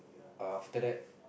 err after that